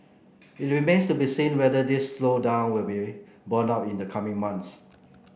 it remains to be seen whether this slowdown will be borne out in the coming months